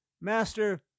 Master